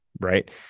right